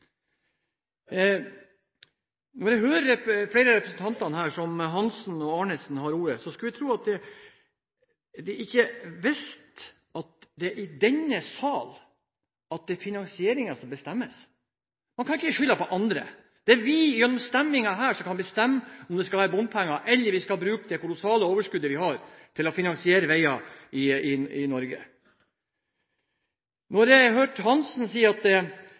Når jeg hører på flere av representantene – som Geir-Ketil Hansen og Bendiks H. Arnesen – som har ordet, skulle en tro at man ikke visste at det er i denne sal finansieringen bestemmes. Man kan ikke skylde på andre. Det er vi, gjennom avstemningene her, som bestemmer om vi skal ha bompenger, eller om vi skal bruke av det kolossale overskuddet vi har, til å finansiere veier i Norge. Jeg hørte Hansen si at